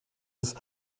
des